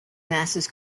masses